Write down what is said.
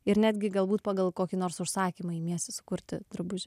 ir netgi galbūt pagal kokį nors užsakymą imiesi sukurti drabužį